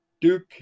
Duke